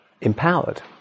empowered